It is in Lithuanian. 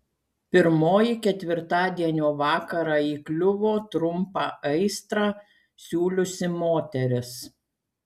pirmoji ketvirtadienio vakarą įkliuvo trumpą aistrą siūliusi moteris